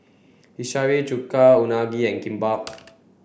Hiyashi Chuka Unagi and Kimbap